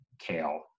kale